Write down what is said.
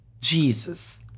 Jesus